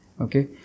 okay